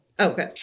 okay